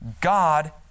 God